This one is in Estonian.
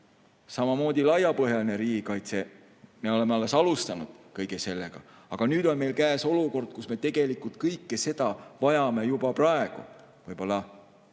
Samamoodi laiapõhjaline riigikaitse. Me oleme alles alustanud kõige sellega, aga nüüd on meil käes olukord, kus me tegelikult kõike seda vajame juba praegu, võib-olla